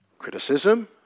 Criticism